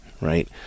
right